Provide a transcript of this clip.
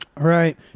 Right